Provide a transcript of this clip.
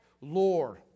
Lord